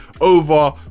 over